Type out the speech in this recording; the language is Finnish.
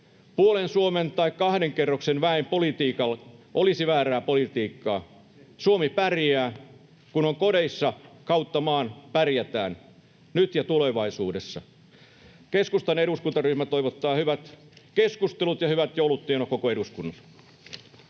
Puolen Suomen tai kahden kerroksen väen politiikka olisi väärää politiikkaa. Suomi pärjää, kun kodeissa kautta maan pärjätään. Nyt ja tulevaisuudessa. Keskustan eduskuntaryhmä toivottaa hyvät keskustelut ja hyvät jouluntienoot koko eduskunnalle!